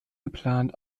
geplant